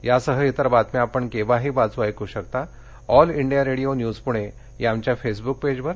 यासह इतर बातम्या आपण केव्हाही वाचू ऐकू शकता all India radio news Pune या आमच्या फेसबुक पेजवर